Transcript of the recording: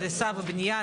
הריסה ובנייה,